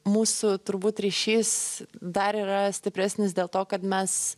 mūsų turbūt ryšys dar yra stipresnis dėl to kad mes